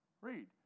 read